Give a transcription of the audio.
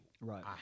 Right